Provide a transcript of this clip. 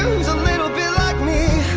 a little bit like me?